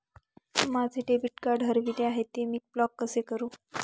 माझे debit card हरविले आहे, ते मी ब्लॉक कसे करु?